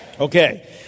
Okay